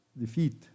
defeat